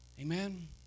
Amen